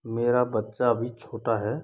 मेरा बच्चा अभी छोटा है